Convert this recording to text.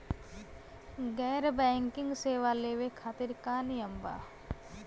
गैर बैंकिंग सेवा लेवे खातिर का नियम बा?